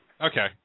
Okay